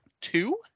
two